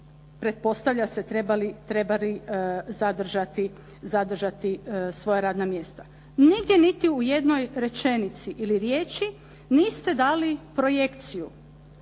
pretpostavlja se koji bi trebali zadržati svoja radna mjesta. Nigdje niti u jednoj rečenici ili riječi niste dali projekciju